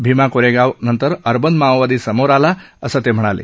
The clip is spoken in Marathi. भीमा कोरेगाव नंतर अर्बन माओवादी समोर आला असं ते म्हणाले